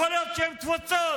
יכול להיות שהם תפוצות,